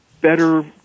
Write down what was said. better